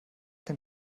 dem